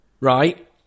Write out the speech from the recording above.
right